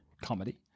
comedy